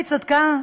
היא צדקה.